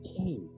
okay